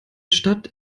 stadt